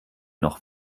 noch